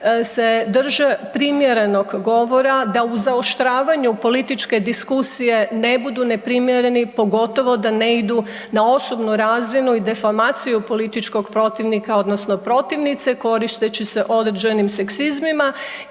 se drže primjerenog govora, da u zaoštravanju političke diskusije ne budu neprimjereni, pogotovo da ne idu na osobnu razinu i deformaciju političkog protivnika odnosno protivnice koristeći se određenim seksizmima